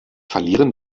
verlieren